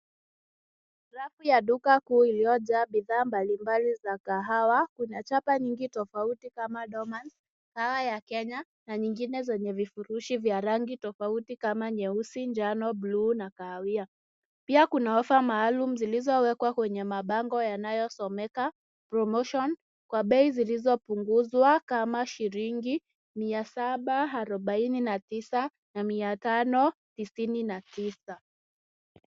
Rafu ya duka kuu iliyojaa bidhaa mbalimbali za kahawa. Kuna chapa nyingi tofauti kama Dormans, kahawa ya Kenya na nyingine vyenye vifurushi vya rangi tofauti kama nyeusi, njano, bluu na kahawia. Pia kuna offer maalum zilizowekwa kwenye mabango yanayosomeka promotion kwa bei zilizopunguzwa kama shilingi mia saba arubaini na tisa na mia tano tisini na tisa.